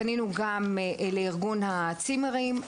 פנינו גם לארגון הצימרים,